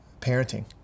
parenting